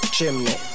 Chimney